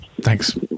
Thanks